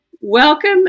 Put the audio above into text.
Welcome